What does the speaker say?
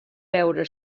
veure